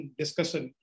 discussion